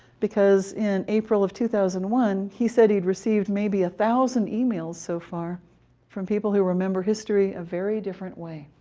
because in april of two thousand and one, he said he'd received maybe a thousand emails so far from people who remember history a very different way,